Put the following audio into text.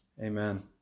Amen